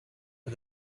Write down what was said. but